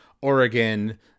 Oregon